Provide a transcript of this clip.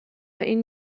این